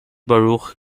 baruch